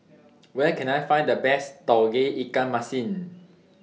Where Can I Find The Best Tauge Ikan Masin